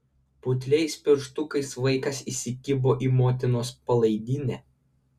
putliais pirštukais vaikas įsikibo į motinos palaidinę